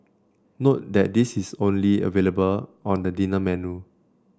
note that this is only available on the dinner menu